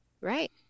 Right